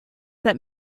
that